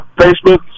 Facebook